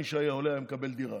מי שהיה עולה היה מקבל דירה,